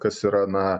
kas yra na